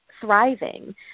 thriving